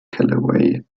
callaway